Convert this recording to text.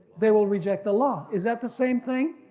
they will reject the law. is that the same thing?